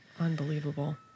Unbelievable